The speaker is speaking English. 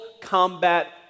combat